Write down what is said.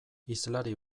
hizlari